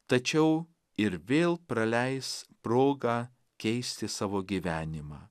tačiau ir vėl praleis progą keisti savo gyvenimą